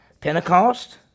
Pentecost